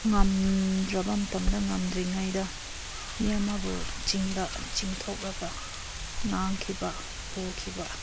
ꯉꯝꯗ꯭ꯔꯕ ꯃꯇꯝꯗ ꯉꯝꯗ꯭ꯔꯤꯉꯩꯗ ꯃꯤ ꯑꯃꯕꯨ ꯆꯤꯡꯗ ꯆꯤꯡꯊꯣꯛꯂꯒ ꯉꯥꯡꯈꯤꯕ ꯄꯨꯈꯤꯕ